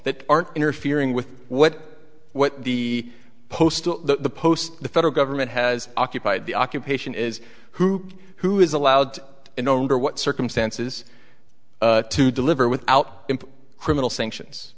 that aren't interfering with what what the post the post the federal government has occupied the occupation is who who is allowed in or under what circumstances to deliver without criminal sanctions